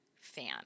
fan